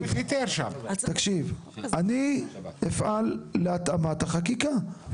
אני אפעל להתאמת החקיקה,